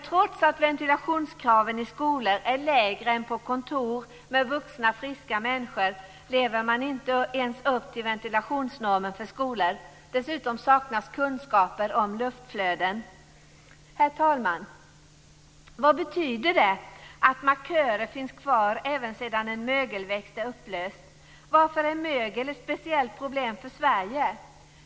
Trots att ventilationskraven i skolor är lägre än på kontor med vuxna friska människor, lever man inte ens upp till ventilationsnormen för skolor. Dessutom saknas kunskaper om luftflöden. Herr talman! Vad betyder det att "markörer" finns kvar även sedan en mögelväxt är upplöst? Varför är mögel ett speciellt problem för Sverige?